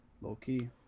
Low-key